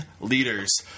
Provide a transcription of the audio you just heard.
leaders